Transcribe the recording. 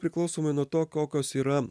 priklausomai nuo to kokios yra